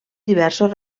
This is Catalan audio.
diversos